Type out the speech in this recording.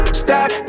stop